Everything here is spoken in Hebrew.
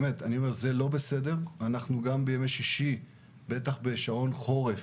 גם בימי שישי ובטח בשעון חורף,